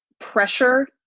pressure